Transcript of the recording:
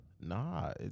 Nah